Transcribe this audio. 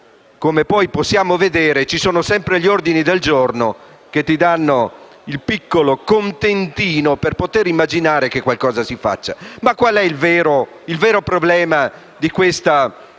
come possiamo vedere, gli ordini del giorno che danno un piccolo contentino, per poter immaginare che qualcosa si faccia. Ma qual è il vero problema di questa